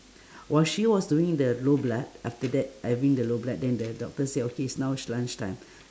while she was doing the low blood after that having the low blood then the doctor said okay is now is lunch time